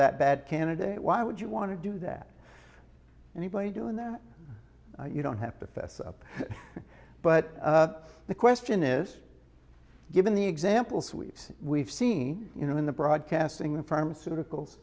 that bad candidate why would you want to do that anybody doing that you don't have to fess up but the question is given the examples we've seen we've seen you know in the broadcasting pharmaceuticals